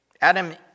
Adam